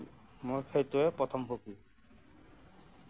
মোক সেইটোৱে প্ৰথম সুখী